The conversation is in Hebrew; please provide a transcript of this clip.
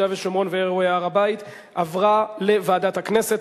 ושומרון ואירועי הר-הבית עברה לוועדת הכנסת.